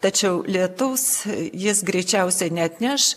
tačiau lietaus jis greičiausiai neatneš